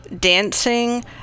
dancing